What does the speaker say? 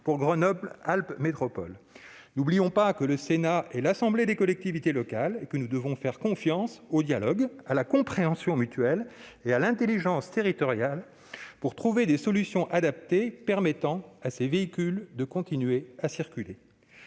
pour Grenoble-Alpes Métropole. N'oublions pas que le Sénat est l'assemblée des collectivités locales et que nous devons faire confiance au dialogue, à la compréhension mutuelle et à l'intelligence territoriale pour trouver les solutions adaptées permettant à ces véhicules de continuer à circuler.